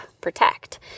protect